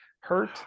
hurt